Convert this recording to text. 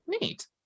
Neat